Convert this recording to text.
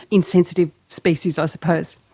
insensitive species i suppose.